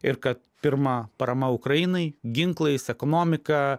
ir kad pirma parama ukrainai ginklais ekonomika